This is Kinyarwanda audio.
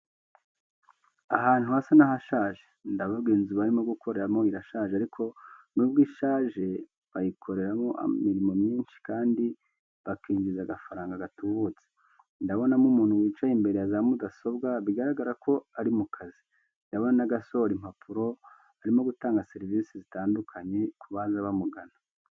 Ahantu hasa n'ahashaje, ndavuga inzu barimo gukoreramo irashaje ariko n'ubwo ishaje bayikoreramo imirimo myinshi kandi bakinjiza agafaranga gatubutse. Ndabonamo umuntu wicaye imbere ya za mudasobwa, bigaragare ko ari mu kazi. Ndahabona n'agasohora impapuro arimo gutanga serivise zitandukanye ku baza bamugana.